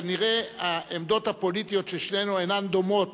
כנראה העמדות הפוליטיות של שנינו אינן דומות.